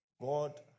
God